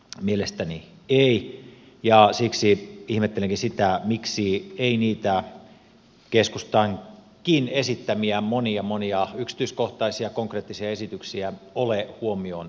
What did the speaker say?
mielestäni ei ja siksi ihmettelenkin sitä miksi ei niitä keskustankin esittämiä monia monia yksityiskohtaisia ja konkreettisia esityksiä ole huomioon otettu